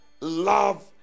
Love